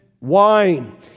wine